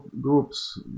groups